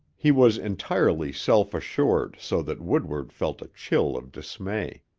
he was entirely self-assured so that woodward felt a chill of dismay.